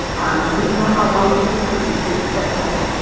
i know we don't know how long it took her to get to that point,